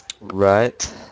Right